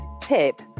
Pip